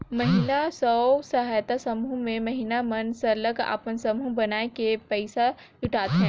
महिला स्व सहायता समूह में महिला मन सरलग अपन समूह बनाए के पइसा जुटाथें